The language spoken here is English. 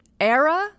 era